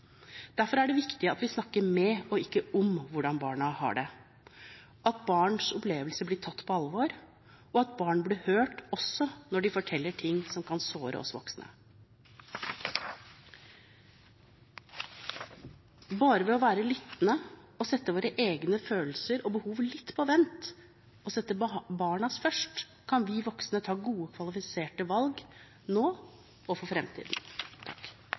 Derfor er det viktig at vi snakker med og ikke om barna og hvordan de har det, at barns opplevelser blir tatt på alvor, og at barn blir hørt også når de forteller om ting som kan såre oss voksne. Bare ved å være lyttende, sette våre egne følelser og behov litt på vent og sette barnas behov først kan vi voksne ta gode, kvalifiserte valg nå og for